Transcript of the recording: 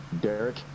Derek